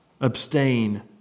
Abstain